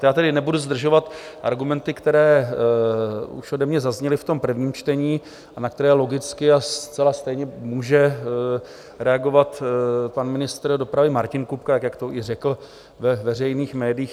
Já tady nebudu zdržovat argumenty, které už ode mě zazněly v prvním čtení a na které logicky a zcela stejně může reagovat pan ministr dopravy Martin Kupka, tak jak to i řekl ve veřejných médiích.